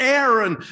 Aaron